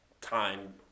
time